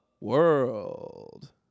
World